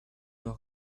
know